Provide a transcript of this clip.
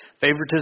Favoritism